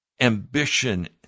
ambition